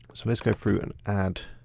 so let's go through and add